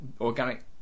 organic